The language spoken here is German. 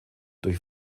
durch